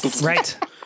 Right